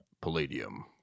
Palladium